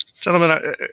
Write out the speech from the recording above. Gentlemen